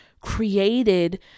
created